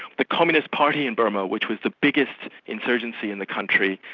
the communist party in burma, which was the biggest insurgency in the country,